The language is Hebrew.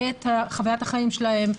את חוויית החיים שלהם,